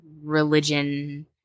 religion